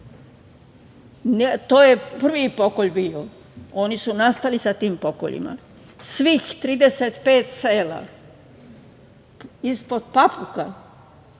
To je prvi pokolj bio. Oni su nastavili sa tim pokoljima. Svih 35 sela ispod Papuka